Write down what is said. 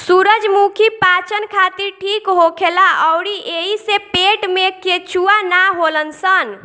सूरजमुखी पाचन खातिर ठीक होखेला अउरी एइसे पेट में केचुआ ना होलन सन